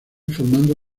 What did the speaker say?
formando